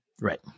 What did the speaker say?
right